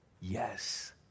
Yes